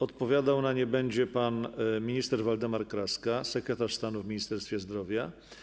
Odpowiadał na nie będzie pan minister Waldemar Kraska, sekretarz stanu w Ministerstwie Zdrowia.